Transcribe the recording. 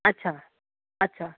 अच्छा अच्छा